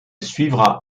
suivra